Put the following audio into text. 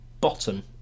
bottom